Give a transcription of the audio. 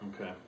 Okay